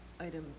Item